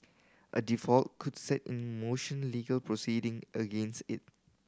a default could set in motion legal proceeding against it